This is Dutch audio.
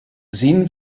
zien